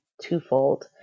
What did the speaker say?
twofold